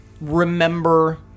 remember